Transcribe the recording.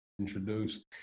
Introduce